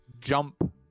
jump